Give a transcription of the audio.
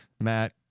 matt